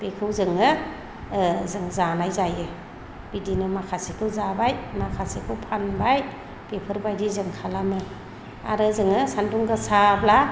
बेखौ जोङो जों जानाय जायो बिदिनो माखासेखौ जाबाय माखासेखौ फानबाय बेफोरबायदि जों खालामो आरो जोङो सानदुं गोसाब्ला